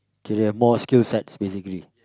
you can have more skill sights basically